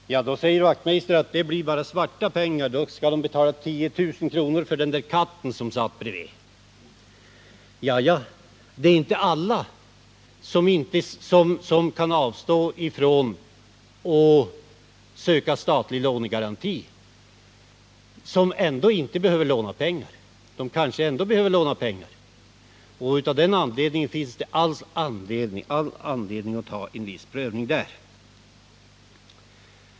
Hans Wachtmeister säger att då blir det fråga om svarta pengar. Då blir det så att man betalar 10 000 kr. för den där katten som satt bredvid. Men de som avstår från att söka statlig lånegaranti behöver kanske ändå låna pengar, och därför finns det all anledning att göra en viss prövning.